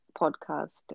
podcast